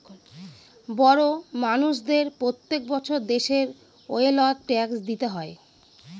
বড় মানষদের প্রত্যেক বছর দেশের ওয়েলথ ট্যাক্স দিতে হয়